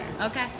Okay